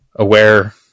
aware